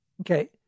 Okay